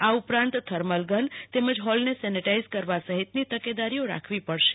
આ ઉપરાંત thermal gun તેમજ હોલને સેનેટાઈઝ કરવા સહિતની તકેદારીઓ રાખવી પડશે